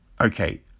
Okay